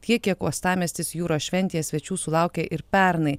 tiek kiek uostamiestis jūros šventėje svečių sulaukė ir pernai